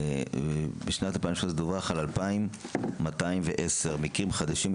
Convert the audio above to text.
בשנת 2018 דווח על 2,210 מקרים חדשים,